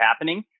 happening